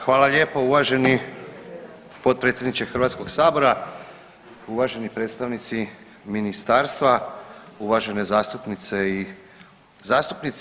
Hvala lijepo uvaženi potpredsjedniče Hrvatskog sabora, uvaženi predstavnici ministarstva, uvažene zastupnice i zastupnici.